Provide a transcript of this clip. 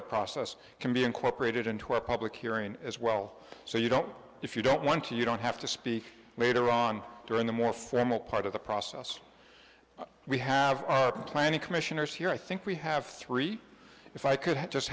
the process can be incorporated into a public hearing as well so you don't if you don't want to you don't have to speak later on during the more feminine part of the process we have been planning commissioners here i think we have three if i could